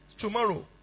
Tomorrow